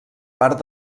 part